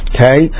Okay